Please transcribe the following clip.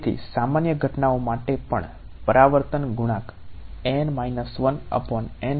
તેથી સામાન્ય ઘટનાઓ માટે પણ પરાવર્તન ગુણાંક છે